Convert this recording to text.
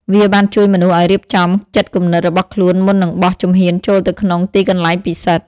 វាបានជួយមនុស្សឲ្យរៀបចំចិត្តគំនិតរបស់ខ្លួនមុននឹងបោះជំហានចូលទៅក្នុងទីកន្លែងពិសិដ្ឋ។